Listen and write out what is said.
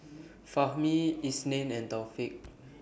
Fahmi Isnin and Taufik